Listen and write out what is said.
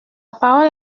parole